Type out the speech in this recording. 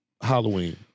Halloween